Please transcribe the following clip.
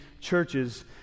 churches